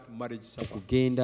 marriage